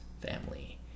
family